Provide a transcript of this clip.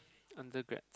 undergrad